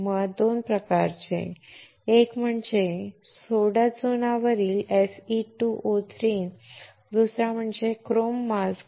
मुळात दोन प्रकार आहेत एक म्हणजे सोडा चुनावरील Fe2O3 दुसरा म्हणजे क्रोम मास्क